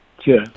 Sure